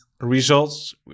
results